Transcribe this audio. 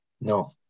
No